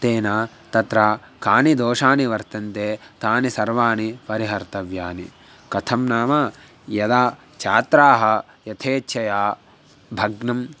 तेन तत्र के दोषाः वर्तन्ते ते सर्वे परिहर्तव्याः कथं नाम यदा छात्राः यथेच्छया भग्नं